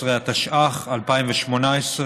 17), התשע"ח 2018,